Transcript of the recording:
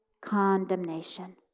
condemnation